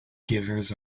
givers